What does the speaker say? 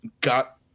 got